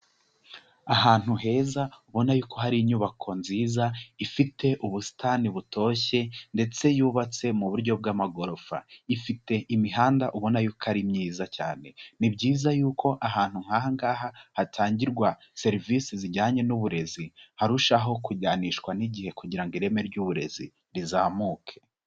Ahantu heza ubona yuko hari inyubako nziza ifite ubusitani butoshye ndetse yubatse mu buryo bw'amagorofa, ifite imihanda ubona yuko ari myiza cyane, ni byiza yuko ahantu nk'aha ngaha hatangirwa serivisi zijyanye n'uburezi harushaho kujyanishwa n'igihe kugira ngo ireme ry'uburezi rizamuke.